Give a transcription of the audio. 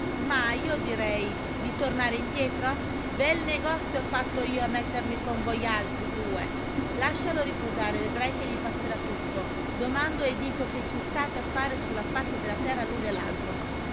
mah io direi di tornare indietro bel negozio ho fatto io a mettermi con vojaltri due lascialo riposare vedrai che gli passerà tutto domando e dico che ci state a fare su la faccia della terra